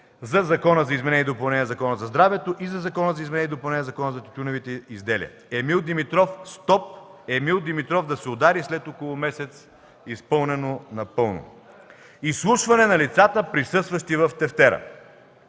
за Закона за изменение и допълнение на Закона за здравето и Закона за изменение и допълнение на Закона за тютюна и тютюневите изделия. „Емил Димитров стоп”, „Емил Димитров да се удари след около месец” – изпълнено напълно. Изслушване на лицата, присъстващи в тефтера.